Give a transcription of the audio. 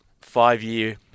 five-year